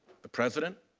the president,